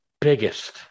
biggest